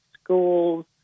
schools